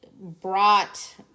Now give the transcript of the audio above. brought